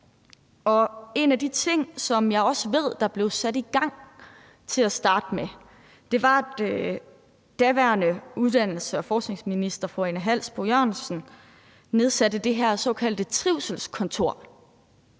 En af de ting, som jeg ved der blev sat i gang til at starte med, er, at den daværende uddannelses- og forskningsminister, fru Ane Halsboe-Jørgensen, nedsatte det her såkaldte trivselskontor.